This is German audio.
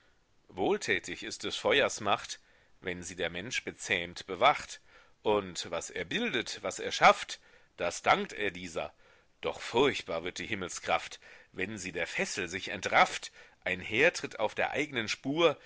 wohltätig ist des feuers macht wenn sie der mensch bezähmt bewacht und was er bildet was er schafft das dankt er dieser doch furchtbar wird die himmelskraft wenn sie der fessel sich entrafft einhertritt auf der eignen spur